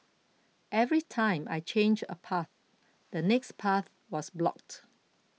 every time I change a path the next path was blocked